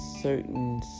certain